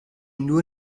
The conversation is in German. nur